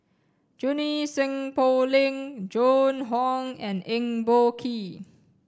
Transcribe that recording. Junie Sng Poh Leng Joan Hon and Eng Boh Kee